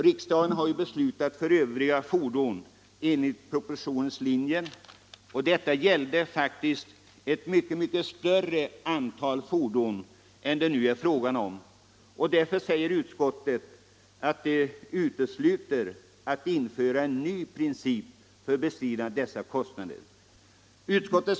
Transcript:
Riksdagen fattade den gången beslut i enlighet med propositionens förslag, och det gällde då ett mycket större antal fordon än det nu är fråga om. Utskottet säger att det är uteslutet att införa en ny princip för bestridande av dessa kostnader.